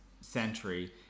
century